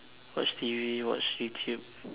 watch T_V watch youtube